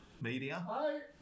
media